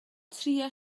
trïa